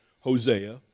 Hosea